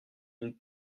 une